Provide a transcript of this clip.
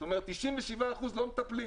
זאת אומרת, ב-97% לא מטפלים.